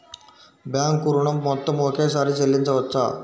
Bank ఋణం మొత్తము ఒకేసారి చెల్లించవచ్చా?